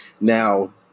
now